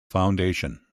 foundation